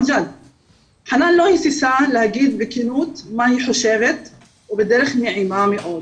חנאן לא היססה להגיד בכנות מה היא חושבת ובדרך נעימה מאוד,